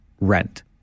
rent